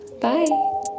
Bye